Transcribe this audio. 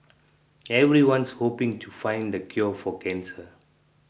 everyone's hoping to find the cure for cancer